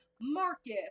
Marcus